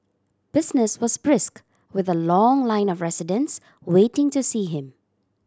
business was brisk with a long line of residents waiting to see him